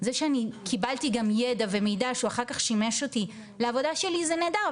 זה שאני קיבלתי גם ידע ומידע שהוא אחר כך שימש אותי לעבודה שלי זה נהדר,